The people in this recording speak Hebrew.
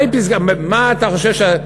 מה אתה חושב שהיא